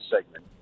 segment